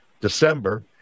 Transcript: December